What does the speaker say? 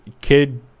Kid